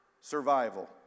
survival